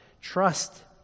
trust